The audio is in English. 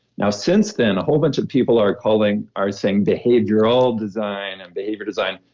now, since then, a whole bunch of people are calling, are saying behavioral design and behavior design,